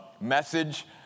message